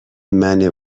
منه